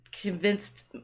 convinced